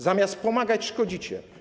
Zamiast pomagać, szkodzicie.